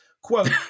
quote